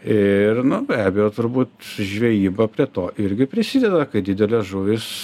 ir nu be abejo turbūt žvejyba prie to irgi prisideda kai didelės žuvys